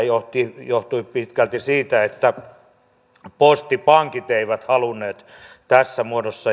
sehän johtui pitkälti siitä että postipankit eivät halunneet tässä muodossa